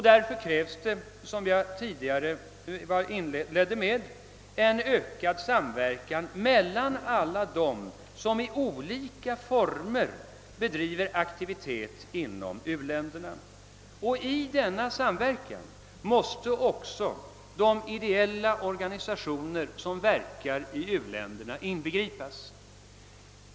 Därför krävs det, som jag inledde mitt anförande med att framhålla, en ökad samverkan mellan alla dem som i olika former bedriver aktivitet inom u-länderna. I denna samverkan måste också de ideella organisationer som verkar i u-länderna inbegripas.